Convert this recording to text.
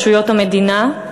רשויות המדינה,